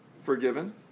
forgiven